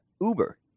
Uber